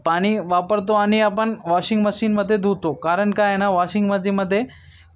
पाणी वापरतो आणि आपण वॉशिंग मशीनमध्ये धुतो कारण काय ना वॉशिंग मशीमध्ये